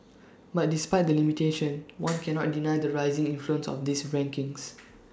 but despite the limitations one cannot deny the rising influence of these rankings